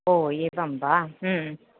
ओ एवं वा